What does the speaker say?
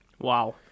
Wow